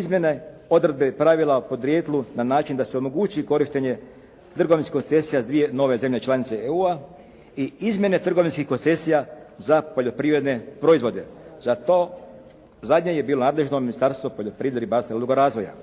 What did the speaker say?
izmjene, odredbe, pravila, podrijetlu na način da se omogući korištenje …/Govornik se ne razumije./… koncesija za dvije nove zemlje članice EU-a i izmjene trgovinskih koncesija za poljoprivredne proizvode. Za to zadnje je bilo nadležno Ministarstvo poljoprivrede, ribarstva i ruralnog razvoja.